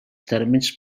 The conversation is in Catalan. termes